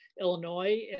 Illinois